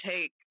take